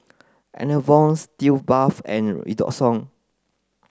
Enervon Sitz bath and Redoxon